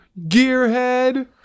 Gearhead